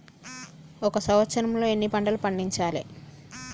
ఒక సంవత్సరంలో ఎన్ని పంటలు పండించాలే?